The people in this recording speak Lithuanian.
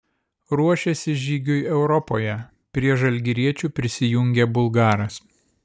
ruošiasi žygiui europoje prie žalgiriečių prisijungė bulgaras